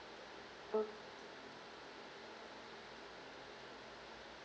oh